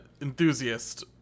enthusiast